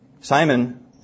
Simon